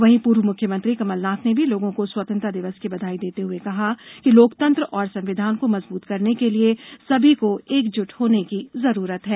वहीं पूर्व मुख्यमंत्री कमलनाथ ने भी लोगों को स्वतंत्रता दिवस की बधाई देते हुए कहा कि लोकतंत्र और संविधान को मजबूत करने के लिए सभी को एकजुट होने की जरूरत है